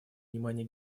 внимания